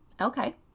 okay